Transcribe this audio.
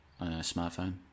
smartphone